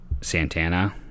Santana